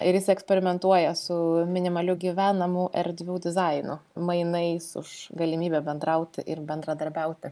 ir jis eksperimentuoja su minimaliu gyvenamų erdvių dizainu mainais už galimybę bendrauti ir bendradarbiauti